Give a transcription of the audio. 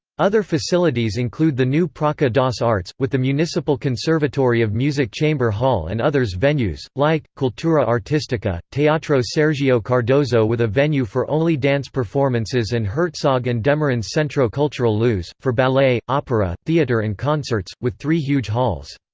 other facilities include the new praca das artes, with the municipal conservatory of music chamber hall and others venues, like, cultura artistica, teatro sergio cardoso with a venue for only dance performances and herzog and demeron's centro cultural luz, for ballet, opera, theater and concerts, with three huge halls.